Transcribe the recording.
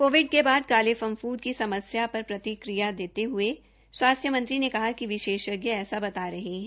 Covid के बाद काले की समस्या पर प्रतिक्रया देते ह्ये स्वास्थ्य मंत्री ने कहा कि फंफ्द विशेषज्ञ ऐसा बता रहे है